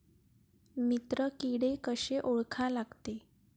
मित्र किडे कशे ओळखा लागते?